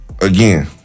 Again